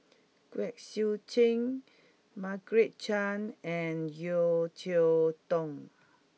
Kwek Siew Jin Margaret Chan and Yeo Cheow Tong